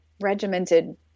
regimented